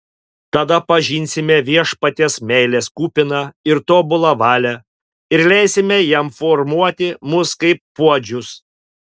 tada pažinsime viešpaties meilės kupiną ir tobulą valią ir leisime jam formuoti mus kaip puodžiui